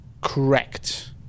correct